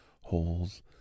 holes